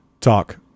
Talk